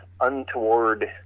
untoward